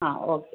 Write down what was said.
അ okay